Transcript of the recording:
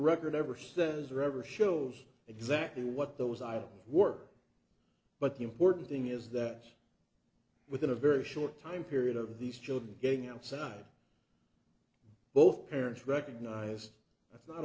record ever says or ever shows exactly what those items work but the important thing is that within a very short time period of these children getting outside both parents recognized